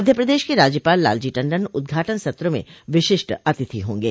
मध्य प्रदेश के राज्यपाल लालजी टण्डन उदघाटन सत्र में विशिष्ट अतिथि हों गे